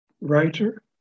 writer